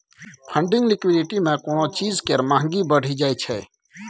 funding liquidity मे कोनो चीज केर महंगी बढ़ि जाइ छै